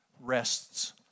rests